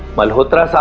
malhotra,